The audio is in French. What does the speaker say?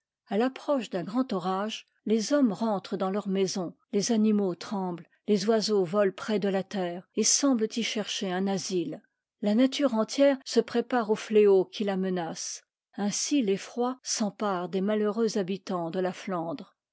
a l'approche d'un grand orage les hommes rentrent dans leurs maisons les animaux tremblent les oiseaux volent près de la terre et semblent y chercher un asile la nature entière se prépare au fléau qui la menace ainsi l'effroi s'empare des malheureux habitants de la flandre